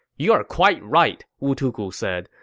you're quite right, wu tugu said.